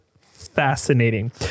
fascinating